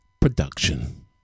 Production